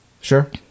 Sure